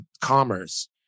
commerce